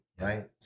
right